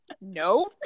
No